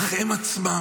אך הם עצמם,